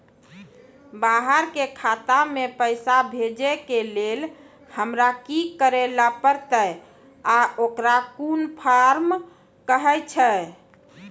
बाहर के खाता मे पैसा भेजै के लेल हमरा की करै ला परतै आ ओकरा कुन फॉर्म कहैय छै?